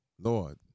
Lord